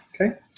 okay